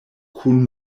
kun